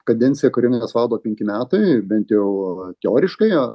kadencija kariuomenės vado penki metai bent jau teoriškai